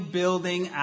building